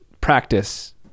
practice